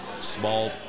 small